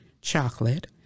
chocolate